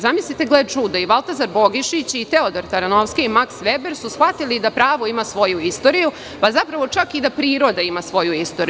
Zamislite, gle čuda, i Vlatazar Bogišić i Teodor Taranovski i Maks Veber su shvatili da pravo ima svoju istoriju, pa zapravo čak i da priroda ima svoju istoriju.